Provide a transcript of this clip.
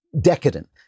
decadent